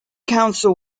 council